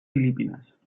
filipines